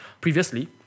previously